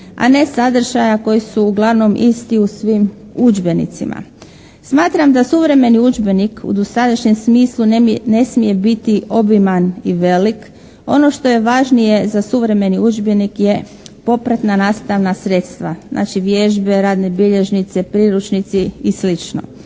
A ne sadržaja koji su uglavnom isti u svim udžbenicima. Smatram da suvremeni udžbenik u dosadašnjem smislu ne smije biti obiman i velik. Ono što je važnije za suvremeni udžbenik je popratna nastavna sredstva. Znači, vježbe, radne bilježnice, priručnici i